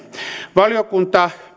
valiokunta